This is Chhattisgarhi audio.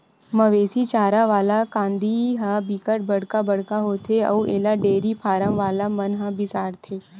मवेशी चारा वाला कांदी ह बिकट बड़का बड़का होथे अउ एला डेयरी फारम वाला मन ह बिसाथे